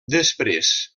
després